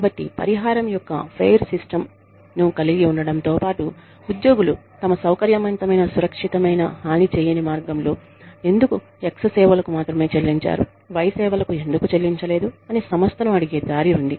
కాబట్టి పరిహారం యొక్క ఫెయిర్ సిస్టంను కలిగి ఉండటంతో పాటు ఉద్యోగులు తమ సౌకర్యవంతమైన సురక్షితమైన హానిచేయని మార్గం లో ఎందుకు X సేవలకు మాత్రమే చెల్లించారు Y సేవలకు ఎందుకు చెల్లించలేదు అని సంస్థను అడిగే దారి ఉంది